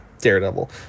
Daredevil